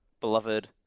beloved